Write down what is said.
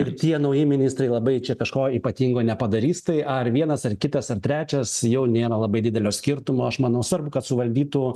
ir tie nauji ministrai labai čia kažko ypatingo nepadarys tai ar vienas ar kitas ar trečias jau nėra labai didelio skirtumo aš manau svarbu kad suvaldytų